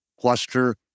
cluster